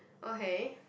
okay